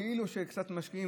כאילו שקצת משקיעים.